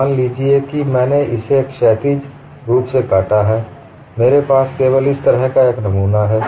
मान लीजिए कि मैंने इसे क्षैतिज रूप से काटा है मेरे पास केवल इस तरह का एक नमूना है